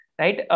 right